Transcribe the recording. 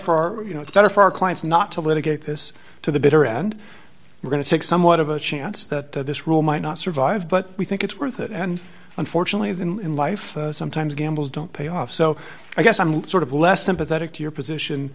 for you know it's better for our clients not to litigate this to the bitter end we're going to take somewhat of a chance that this rule might not survive but we think it's worth it and unfortunately as in life sometimes gambles don't pay off so i guess i'm sort of less sympathetic to your position